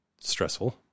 stressful